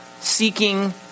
seeking